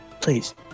please